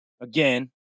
Again